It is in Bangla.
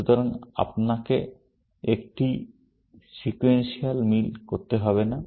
সুতরাং আপনাকে একটি সেকুএন্সিয়াল মিল করতে হবে না